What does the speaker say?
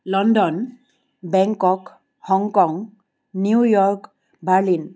London Bangkok Hong Kong New York Berlin